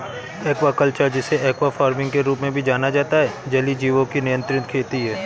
aquaculture, जिसे aqua farming के रूप में भी जाना जाता है, जलीय जीवों की नियंत्रित खेती है